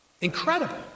Incredible